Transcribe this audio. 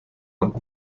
und